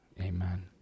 amen